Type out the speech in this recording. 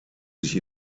sich